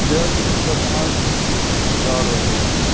ژیرٕ زیُن چھُ گژھان حظ ساڑٕ ٲٹھ شیٚتھ رۄپیہِ